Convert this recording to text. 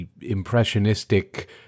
impressionistic